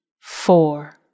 four